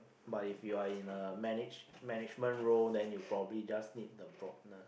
but if you're in a manage management role then you probably just need the broadness